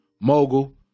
mogul